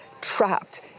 trapped